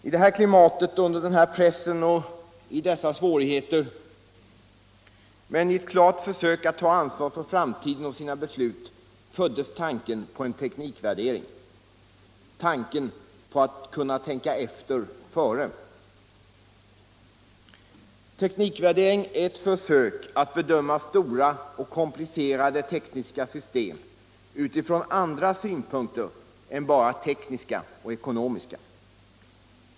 I detta klimat, under denna press och i dessa svårigheter, men i ett klart försök att ta ansvar för framtiden och besluten föddes tanken på en teknikvärdering — tanken på att kunna tänka efter före. Teknikvärdering är ett försök att bedöma stora och komplicerade tekniska system utifrån andra synpunkter än bara tekniska och ekonomiska.